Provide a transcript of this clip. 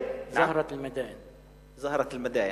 להלן תרגומם: הפרח של הערים.)